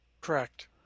Correct